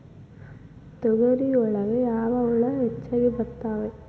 ತೊಗರಿ ಒಳಗ ಯಾವ ಹುಳ ಹೆಚ್ಚಾಗಿ ಬರ್ತವೆ?